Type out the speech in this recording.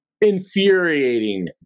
infuriating